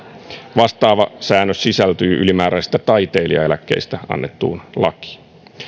vastaava säännös sisältyy ylimääräisistä taiteilijaeläkkeistä annettuun lakiin